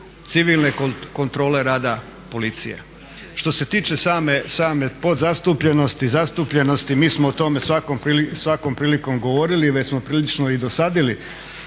civilne kontrole rada policije. Što se tiče same podzastupljenosti i zastupljenosti mi smo o tome svakom prilikom govorili i već smo prilično i dosadili